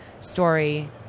story